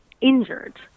injured